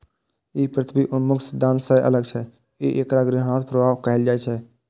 ई पृथ्वी उन्मुख सिद्धांत सं अलग छै, तें एकरा ग्रीनहाउस प्रभाव कहल जाइ छै